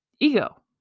ego